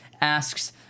asks